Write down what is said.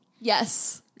Yes